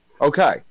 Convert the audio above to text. Okay